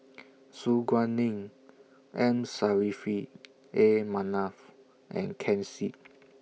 Su Guaning M Saffri A Manaf and Ken Seet